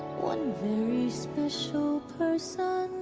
one very special person